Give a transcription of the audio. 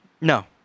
No